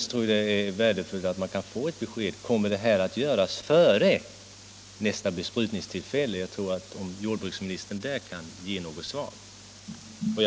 Jag tror att det är värdefullt för opinionen att få ett besked huruvida utvärderingen kommer att vara klar före nästa besprutningstillfälle. Jag hoppas att jordbruksministern kan ge ett svar på den frågan.